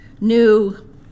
new